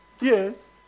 Yes